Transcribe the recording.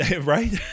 Right